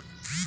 ऋण